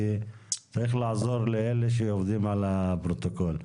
צריך לעזור לאלה שעובדים על הפרוטוקול.